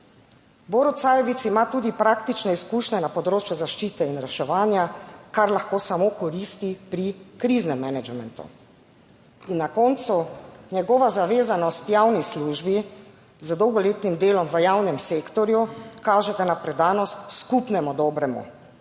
Borut Sajovic ima tudi praktične izkušnje na področju zaščite in reševanja, kar lahko samo koristi pri kriznem menedžmentu. In na koncu njegova zavezanost javni službi z dolgoletnim delom v javnem sektorju kaže, da na predanost skupnemu dobremu,